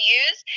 use